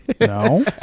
No